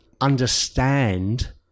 understand